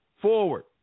forward